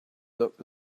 look